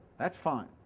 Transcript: that's fine,